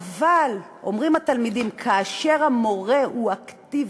אבל אומרים התלמידים: כאשר המורה הוא אקטיבי,